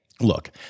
look